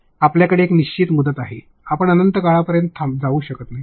आपल्याकडे एक निश्चित मुदत आहे आपण अनंत काळपर्यंत जाऊ शकत नाही